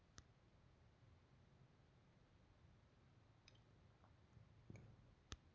ಪ್ರಾಣಿಗಳ ರಕ್ಷಣೆಗಾಗಿನ ಸರ್ಕಾರಾ ಹಲವು ಯೋಜನೆ ಜಾರಿ ಮಾಡೆತಿ